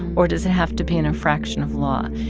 or does it have to be an infraction of law?